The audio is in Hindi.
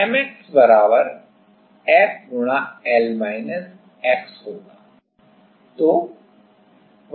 From equation तो वहाँ E I होगा